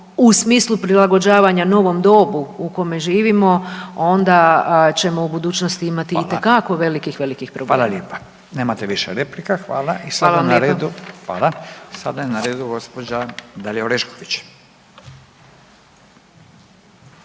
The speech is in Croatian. u smislu prilagođavanja novom dobu u kome živimo onda ćemo u budućnosti imati itekako velikih, velikih problema. **Radin, Furio (Nezavisni)** Hvala lijepa, nemate više replika. Hvala. I sada je na redu gospođa Dalija Orešković.